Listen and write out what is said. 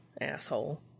Asshole